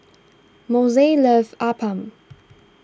Moshe loves Appam